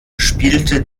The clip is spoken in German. spielte